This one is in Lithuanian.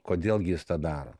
kodėl gi jis tą daro